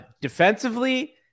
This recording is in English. defensively